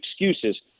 excuses